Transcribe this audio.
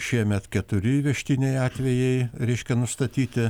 šiemet keturi įvežtiniai atvejai reiškia nustatyti